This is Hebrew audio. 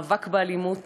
יום המאבק באלימות